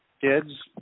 kids